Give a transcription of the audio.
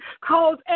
Cause